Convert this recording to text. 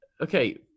Okay